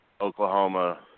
Oklahoma